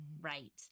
right